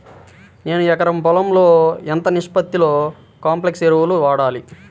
నేను ఎకరం పొలంలో ఎంత నిష్పత్తిలో కాంప్లెక్స్ ఎరువులను వాడాలి?